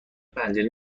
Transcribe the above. پنجره